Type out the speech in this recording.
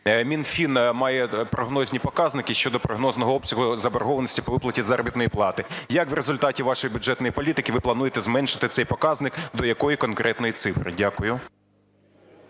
фінансів має прогнозні показники щодо прогнозного обсягу заборгованості по виплаті заробітної плати. Як в результаті вашої бюджетної політики ви плануєте зменшити цей показник, до якої конкретної цифри? Дякую.